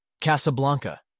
Casablanca